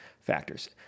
factors